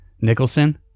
Nicholson